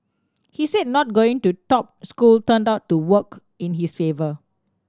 he said not going to top school turned out to work in his favour